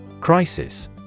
Crisis